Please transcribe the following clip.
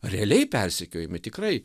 realiai persekiojami tikrai